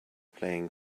playing